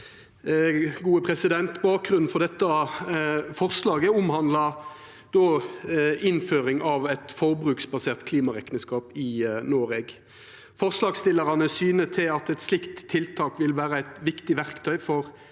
god klimadebatt. Bakgrunnen for dette forslaget omhandlar innføring av eit forbruksbasert klimarekneskap i Noreg. Forslagsstillarane syner til at eit slikt tiltak vil vera eit viktig verktøy for